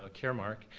ah caremark,